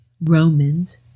Romans